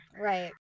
Right